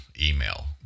email